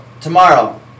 Tomorrow